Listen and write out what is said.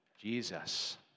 Jesus